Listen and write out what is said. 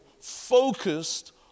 focused